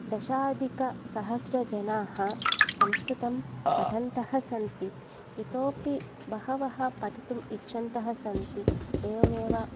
दशाधिकसहस्रजनाः संस्कृतं पठन्तः सन्ति इतोऽपि बहवः पठितुम् इच्छन्तः सन्ति एवमेव